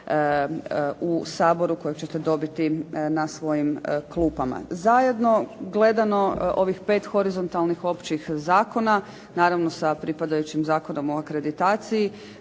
u Saboru koje ćete dobiti na svojim klupama. Zajedno gledano ovih pet horizontalnih općih zakona, naravno sa pripadajućim Zakonom o akreditaciji,